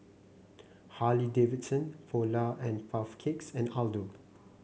Harley Davidson Polar and Puff Cakes and Aldo